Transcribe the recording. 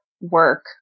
work